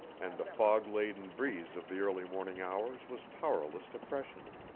and the fog-laden breeze of the early morning hours was powerless to freshen it.